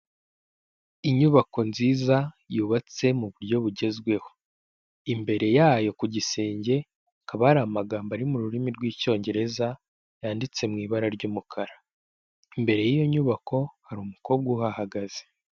Inyubako nziza yubatse mu buryo bugezweho, imbere yayo ku gisenge hakaba ari amagambo ari mu rurimi rw'icyongereza yanditse mu ibara ry'umukara. Imbere y'iyo nyubako hari umukobwa uhahagaze.